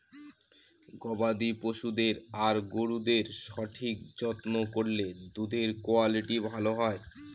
গবাদি পশুদের আর গরুদের সঠিক যত্ন করলে দুধের কুয়ালিটি ভালো হয়